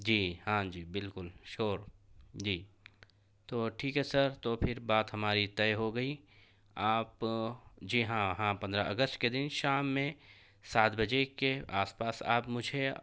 جی ہاں جی بالکل شیور جی تو ٹھیک ہے سر تو پھر بات ہماری طے ہو گئی آپ جی ہاں ہاں پندرہ اگست کے دن شام میں سات بجے کے آس پاس آپ مجھے